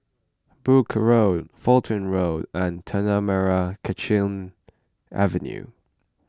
Brooke Road Fulton Road and Tanah Merah Kechil Avenue